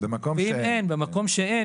במקום שאין